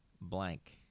blank